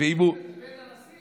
הוא בא עם קורקינט לבית הנשיא.